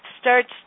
starts